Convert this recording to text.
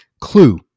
Clue